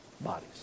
bodies